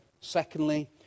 Secondly